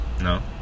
No